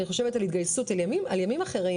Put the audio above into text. אני חושבת על התגייסות ועל ימים אחרים